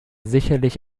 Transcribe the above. sicherlich